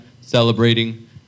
celebrating